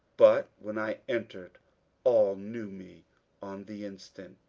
but when i entered all knew me on the instant.